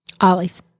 Ollie's